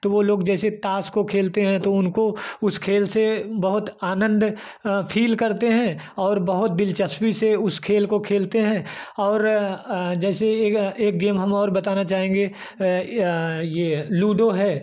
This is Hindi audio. तो वह लोग जैसे ताश को खेलते हैं तो उनको उस खेल से बहुत आनंद फील करते हैं और बहुत दिलचस्पी से उस खेल को खेलते हैं और जैसे एक गेम हम और बताना चाहेंगे यह लूडो है